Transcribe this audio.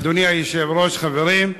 אדוני היושב-ראש, חברים,